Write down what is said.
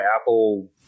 Apple